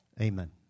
Amen